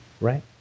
right